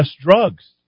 drugs